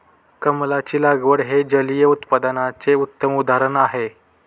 कमळाची लागवड हे जलिय उत्पादनाचे उत्तम उदाहरण आहे